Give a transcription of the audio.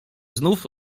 znów